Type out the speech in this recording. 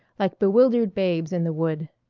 like bewildered babes in the wood.